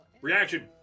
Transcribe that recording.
Reaction